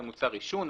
למוצר עישון,